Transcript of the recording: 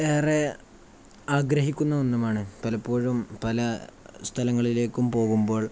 ഏറെ ആഗ്രഹിക്കുന്ന ഒന്നുമാണ് പലപ്പോഴും പല സ്ഥലങ്ങളിലേക്കും പോകുമ്പോൾ